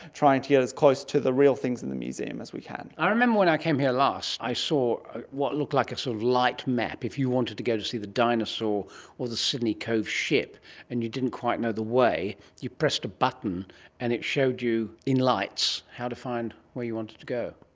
trying to get as close to the real things in the museum as we can. i remember when i came here last i saw what looked like a sort of light map. if you wanted to go to see the dinosaur or the sydney cove ship and you didn't quite know the way, you pressed a button and it showed you in lights how to find where you wanted to go.